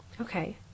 Okay